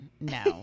no